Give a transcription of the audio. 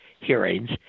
hearings